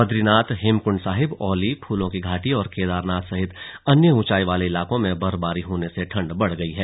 बदरीनाथ हेमकुंड साहिब औली फूलों की घाटी और केदारनाथ सहित अन्य ऊंचाई वाले इलाकों में बर्फबारी होने से ठंड बढ़ गई है